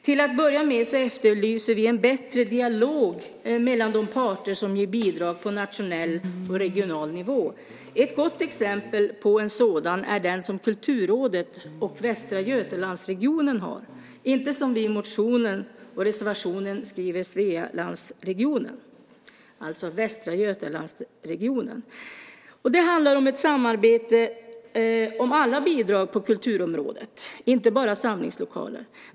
Till att börja med efterlyser vi en bättre dialog mellan de parter som ger bidrag på nationell och regional nivå. Ett gott exempel på en sådan är den som Kulturrådet och Västra Götalandsregionen har - inte Svealandsregionen som vi i motionen och reservationen skriver. Det är alltså Västra Götalandsregionen. Det handlar om ett samarbete om alla bidrag på kulturområdet, inte bara samlingslokaler.